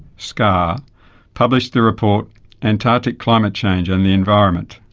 scar published the report antarctic climate change and the environment.